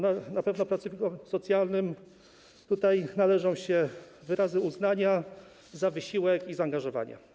Na pewno pracownikom socjalnym należą się wyrazy uznania za wysiłek i zaangażowanie.